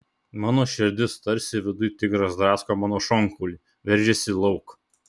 mano širdis tarsi viduj tigras drasko mano šonkaulį veržiasi lauk